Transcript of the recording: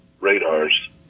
radars